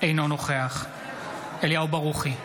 אינו נוכח אליהו ברוכי,